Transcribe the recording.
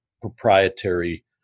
proprietary